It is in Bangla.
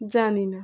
জানি না